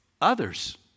Others